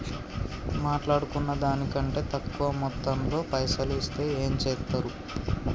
మాట్లాడుకున్న దాని కంటే తక్కువ మొత్తంలో పైసలు ఇస్తే ఏం చేత్తరు?